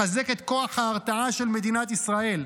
לחזק את כוח ההרתעה של מדינת ישראל,